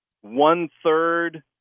one-third